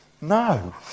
no